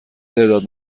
تعداد